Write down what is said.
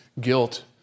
guilt